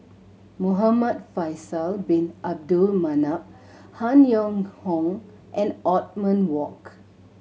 Muhamad Faisal Bin Abdul Manap Han Yong Hong and Othman Wok